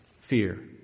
fear